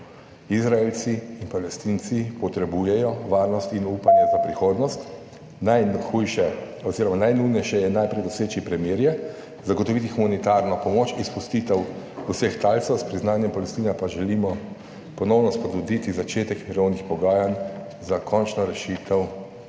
Izraelci in Palestinci potrebujejo varnost in upanje za prihodnost. Najhujše oziroma najnujnejše je najprej doseči premirje, zagotoviti humanitarno pomoč, izpustitev vseh talcev, s priznanjem Palestine pa želimo ponovno spodbuditi začetek mirovnih pogajanj za končno rešitev